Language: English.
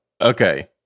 okay